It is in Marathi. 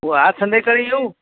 ओ आज संध्याकाळी येऊ